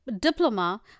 diploma